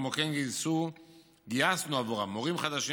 וכן גייסנו עבורם מורים חדשים,